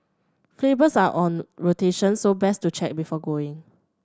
flavours are on rotation so best to check before going